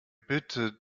bitte